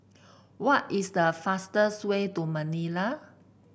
what is the fastest way to Manila